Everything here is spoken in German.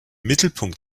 mittelpunkt